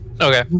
Okay